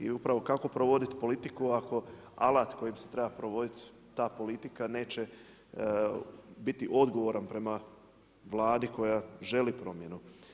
I upravo kako provoditi politiku, ako alat kojim se treba provoditi ta politika, neće biti odgovoran prema Vladi koja želi promjenu.